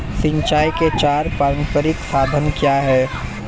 सिंचाई के चार पारंपरिक साधन क्या हैं?